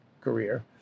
career